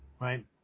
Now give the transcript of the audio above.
Right